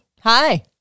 hi